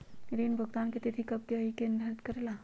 ऋण भुगतान की तिथि कव के होई इ के निर्धारित करेला?